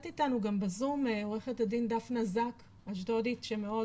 איתנו גם בזום עורכת הדין דפנה זאק אשדודית שמאוד